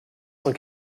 cent